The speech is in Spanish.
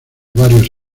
varios